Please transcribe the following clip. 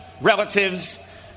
relatives